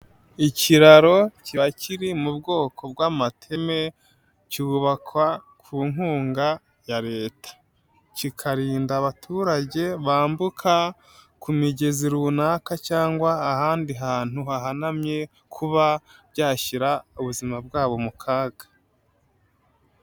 Ikiraro kiba kiri mu bwoko bw'amateme cyubakwa ku nkunga ya Leta, kikarinda abaturage bambuka ku migezi runaka cyangwa ahandi hantu hahanamye kuba byashyira ubuzima bwabo mu kaga.